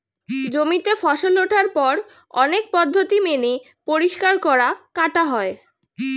জমিতে ফসল ওঠার পর অনেক পদ্ধতি মেনে পরিষ্কার করা, কাটা হয়